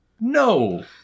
No